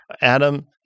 adam